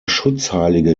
schutzheilige